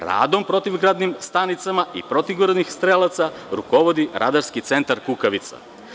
Radom protivgradnih stanica i protivgradnih strelaca rukovodi Radarski centar „Kukavica“